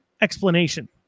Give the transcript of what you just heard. explanation